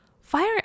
Fire